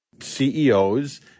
CEOs